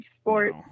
sport